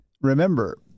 Remember